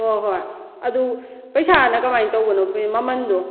ꯍꯣꯏ ꯍꯣꯏ ꯑꯗꯨ ꯄꯩꯁꯥꯅ ꯀꯃꯥꯏꯅ ꯇꯧꯕꯅꯣ ꯑꯩꯈꯣꯏ ꯃꯃꯟꯗꯣ